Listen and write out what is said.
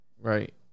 Right